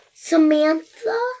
Samantha